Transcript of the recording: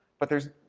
but there's,